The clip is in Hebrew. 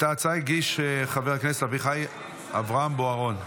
את ההצעה הגיש חבר הכנסת אביחי אברהם בוארון.